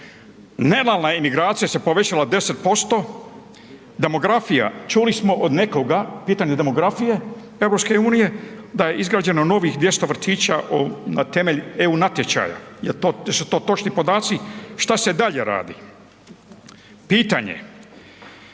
imigracija se povećala 10%. Demografija, čuli smo od nekoga, pitanje demografije EU da je izgrađeno novih 200 vrtića na temelju EU natječaja, jel to, jesu to točni podaci? Šta se dalje radi, pitanje